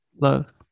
love